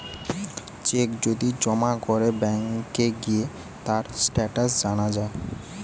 check যদি জমা করে ব্যাংকে গিয়ে তার স্টেটাস জানা যায়